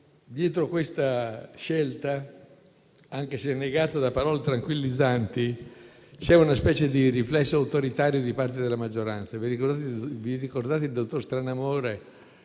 dietro questa scelta, anche se negata da parole tranquillizzanti, c'è una specie di riflesso autoritario di parte della maggioranza. Vi ricordate il dottor Stranamore,